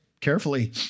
carefully